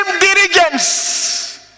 diligence